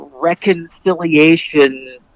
reconciliation